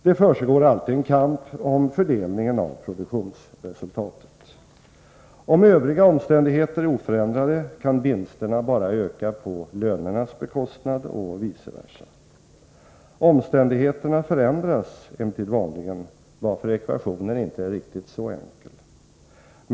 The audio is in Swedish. Det försiggår alltid en kamp om fördelningen av produktionsresultatet. Om övriga omständigheter är oförändrade kan vinsterna bara öka på lönernas bekostnad och vice versa. Omständigheterna förändras emellertid vanligen, varför ekvationen inte är riktigt så enkel.